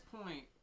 point